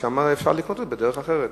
אפשר לקנות את זה בדרך אחרת.